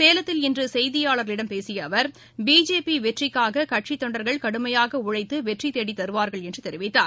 சேலத்தில் இன்று செய்தியாளர்களிடம் பேசிய அவர் பிஜேபி வெற்றிக்காக கட்சி தொண்டர்கள் கடுமையாக உழைத்து வெற்றி தேடி தருவார்கள் என்று தெரிவித்தார்